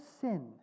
sin